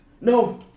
No